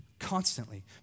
constantly